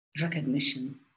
recognition